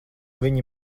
viņi